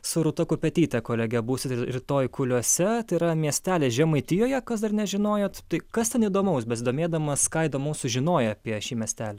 su rūta kupetyte kolege būsit r rytoj kuliuose tai yra miestelis žemaitijoje kas dar nežinojot tai kas ten įdomaus besidomėdamas ką įdomaus sužinojai apie šį miestelį